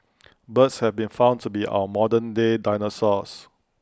birds have been found to be our modern day dinosaurs